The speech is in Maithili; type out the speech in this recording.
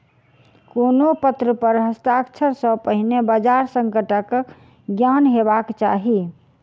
कोनो पत्र पर हस्ताक्षर सॅ पहिने बजार संकटक ज्ञान हेबाक चाही